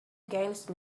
against